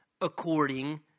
according